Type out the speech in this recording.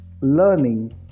learning